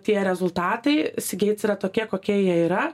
tie rezultatai cgates yra tokie kokie jie yra